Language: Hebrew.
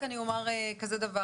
פה אחד אושר רק אני אומר כזה דבר,